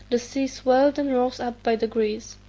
the sea swelled and rose up by degrees.